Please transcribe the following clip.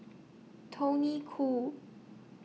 Tony Khoo